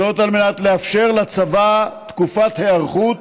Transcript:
על מנת לאפשר לצבא תקופת היערכות